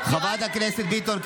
חברת הכנסת ביטון,